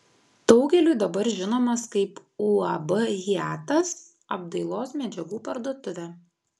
daugeliui dabar žinomas kaip uab hiatas apdailos medžiagų parduotuvė